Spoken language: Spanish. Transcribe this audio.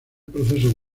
proceso